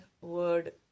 word